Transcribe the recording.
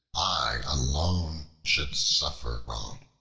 i alone should suffer wrong.